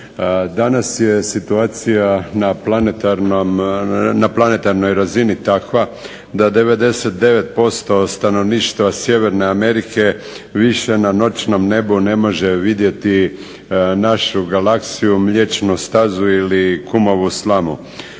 Danas je situacija na planetarnoj razini takva da 99% stanovništva Sjeverne Amerike više na noćnom nebu ne može vidjeti našu galaksiju, Mliječnu stazu ili Kumovu slamu.